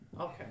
Okay